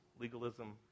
legalism